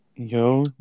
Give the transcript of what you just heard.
Yo